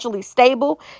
stable